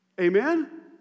Amen